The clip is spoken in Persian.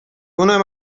اونم